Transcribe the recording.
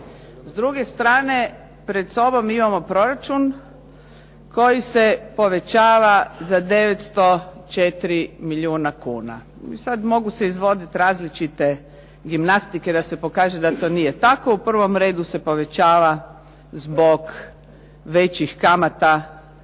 S druge strane pred sobom imamo proračun koji se povećava za 904 milijuna kuna. I sad mogu se izvoditi različite gimnastike da se pokaže da to nije tako. U prvom redu se povećava zbog većih kamata,